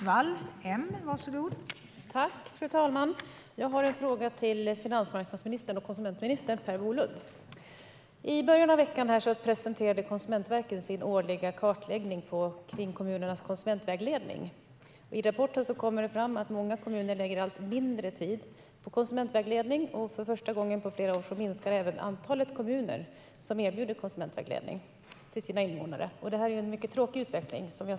Fru talman! Jag har en fråga till finansmarknads och konsumentminister Per Bolund. I början av veckan presenterade Konsumentverket sin årliga kartläggning av kommunernas konsumentvägledning. I rapporten kommer det fram att många kommuner lägger allt mindre tid på konsumentvägledning, och för första gången på flera år minskar även antalet kommuner som erbjuder konsumentvägledning till sina invånare. Det är en mycket tråkig utveckling.